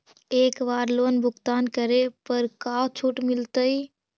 एक बार लोन भुगतान करे पर का छुट मिल तइ?